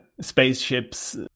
spaceships